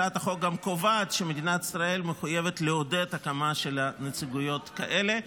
הצעת החוק גם קובעת שמדינת ישראל מחויבת לעודד הקמה של נציגויות כאלה.